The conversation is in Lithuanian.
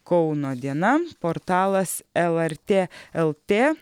kauno diena portalas lrt lt